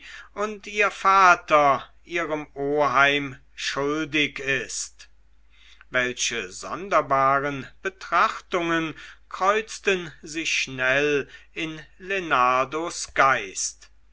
und ihr vater ihrem oheim schuldig ist welche sonderbare betrachtungen kreuzten sich schnell in lenardos geist